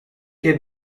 heb